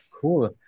Cool